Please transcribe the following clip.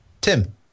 Tim